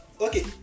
Okay